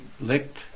licked